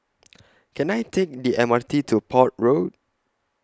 Can I Take The M R T to Port Road